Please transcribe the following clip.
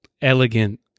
elegant